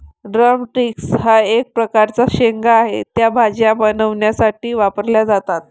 drum sticks हा एक प्रकारचा शेंगा आहे, त्या भाज्या बनवण्यासाठी वापरल्या जातात